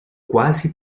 quasi